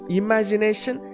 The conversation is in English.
imagination